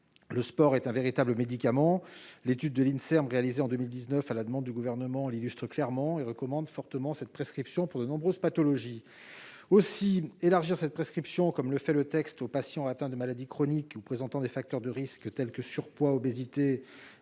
Le sport est un véritable médicament. L'étude de l'Inserm réalisée en 2019 à la demande du Gouvernement l'illustre clairement et recommande fortement cette prescription pour de nombreuses pathologies. Aussi, élargir cette prescription comme le fait le texte aux patients atteints de maladies chroniques ou présentant des facteurs de risque tels que le surpoids, l'obésité